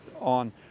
on